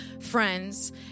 friends